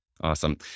Awesome